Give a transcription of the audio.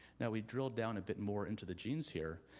now we drilled down a bit more into the genes here,